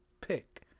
pick